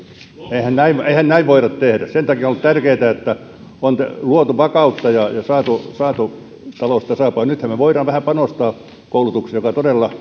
siihen äitiyspakkaukseen eihän näin voida tehdä sen takia on ollut tärkeätä että on luotu vakautta ja saatu saatu talous tasapainoon nythän me voimme vähän panostaa koulutukseen mikä todella